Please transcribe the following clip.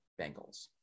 Bengals